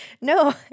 No